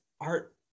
art